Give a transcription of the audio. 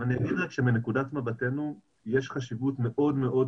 אני אומר שמנקודת מבטנו יש חשיבות מאוד מאוד